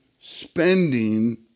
spending